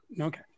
Okay